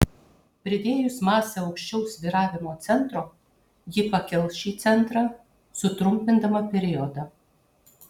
pridėjus masę aukščiau svyravimo centro ji pakels šį centrą sutrumpindama periodą